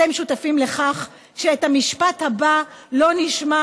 אתם שותפים לכך שאת המשפט הבא לא נשמע